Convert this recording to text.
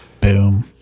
Boom